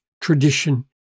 tradition